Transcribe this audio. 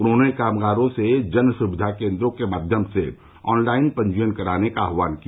उन्होने कामगारों से जनसुविधा केन्द्रों के माध्यम से ऑनलाइन पंजीयन कराने का आह्वान किया